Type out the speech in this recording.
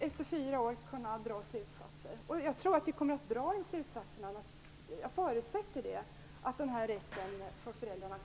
Efter fyra år kan vi alltså dra slutsatser. Jag förutsätter att vi drar slutsatsen att föräldrarnas rätt att välja får gälla